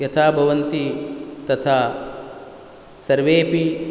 यथा भवन्ति तथा सर्वेऽपि